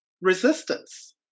resistance